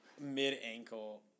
mid-ankle